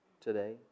today